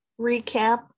recap